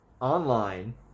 online